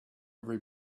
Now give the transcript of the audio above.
every